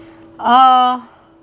uh